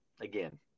again